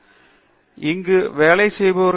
பேராசிரியர் பிரதாப் ஹரிதாஸ் சரி